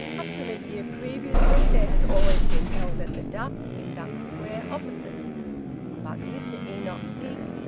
up till a year previously they had always been held at the duck, in duck square, opposite but mr enoch peake,